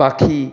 পাখি